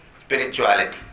spirituality